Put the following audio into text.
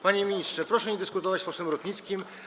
Panie ministrze, proszę nie dyskutować z posłem Rutnickim.